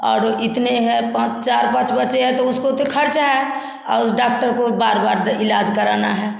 और इतने है पाँच चार पाँच बच्चे हैं तो उसको तो खर्चा है आ उस डाक्टर को बार बार द इलाज कराना है